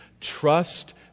trust